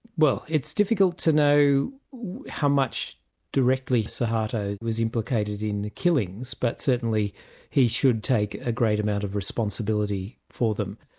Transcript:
well, it's difficult to know how much directly suharto was implicated in the killings, but certainly he should take a great amount of responsibility for them.